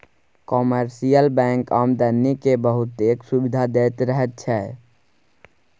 commercial bank आदमी केँ बहुतेक सुविधा दैत रहैत छै